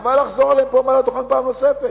חבל לחזור עליהם פה מעל הדוכן פעם נוספת.